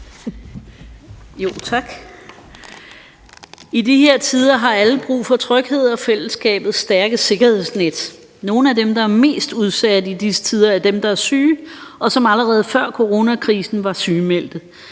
I de her tider har alle brug for tryghed og fællesskabets stærke sikkerhedsnet. Nogle af dem, der er mest udsatte i disse tider, er dem, der er syge, og som allerede før coronokrisen var sygemeldte.